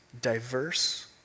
Diverse